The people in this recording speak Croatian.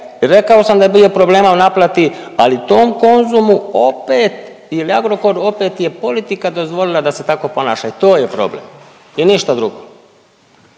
rekao sam da je bilo problema u naplati, ali tom Konzumu opet ili Agrokoru opet je politika dozvolila da se tako ponaša i to je problem. I ništa drugo.